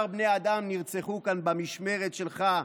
19 בני אדם נרצחו כאן במשמרת שלך,